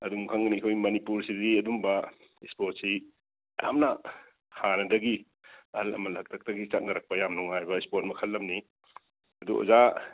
ꯑꯗꯨꯝ ꯈꯪꯒꯅꯤ ꯑꯩꯈꯣꯏ ꯃꯅꯤꯄꯨꯔꯁꯤꯗꯗꯤ ꯑꯗꯨꯝꯕ ꯏꯁꯄꯣꯔꯠꯁꯤ ꯌꯥꯝꯅ ꯍꯥꯟꯅꯗꯒꯤ ꯑꯍꯜ ꯂꯃꯟ ꯍꯥꯛꯇꯛꯇꯒꯤ ꯆꯠꯅꯔꯛꯄ ꯌꯥꯝ ꯅꯨꯡꯉꯥꯏꯕ ꯏꯁꯄꯣꯔꯠ ꯃꯈꯜ ꯑꯃꯅꯤ ꯑꯗꯨ ꯑꯣꯖꯥ